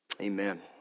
Amen